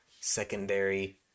secondary